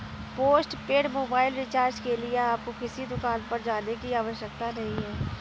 postpaid mobile recharge के लिए आपको किसी दुकान पर जाने की आवश्यकता नहीं है